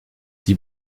die